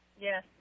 Yes